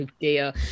dear